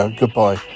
goodbye